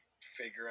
figure